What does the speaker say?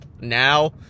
now